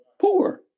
poor